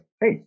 hey